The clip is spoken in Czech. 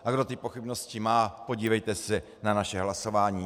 A kdo ty pochybnosti má, podívejte se na naše hlasování.